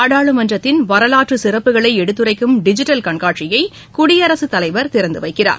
நாடாளுமன்றத்தின் வரலாற்று சிறப்புகளை எடுத்துரைக்கும் டிஜிட்டல் கண்காட்சியை குடியரசுத் தலைவா் திறந்து வைக்கிறார்